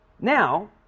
now